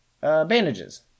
bandages